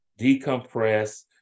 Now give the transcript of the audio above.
decompress